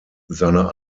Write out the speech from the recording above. seiner